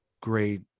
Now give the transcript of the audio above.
great